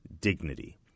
dignity